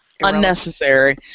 unnecessary